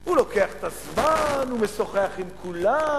הוא לוקח את הזמן, משוחח עם כולם,